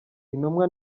intumwa